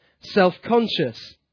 self-conscious